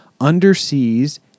Underseas